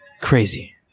crazy